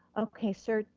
okay sir,